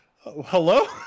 Hello